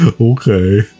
Okay